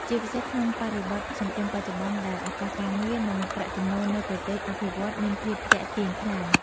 ជាពិសេសក្នុងបរិបទសង្គមបច្ចុប្បន្នដែលឱកាសការងារ និងប្រាក់ចំណូលនៅប្រទេសអភិវឌ្ឍន៍មានភាពទាក់ទាញខ្លាំង។